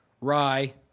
Rye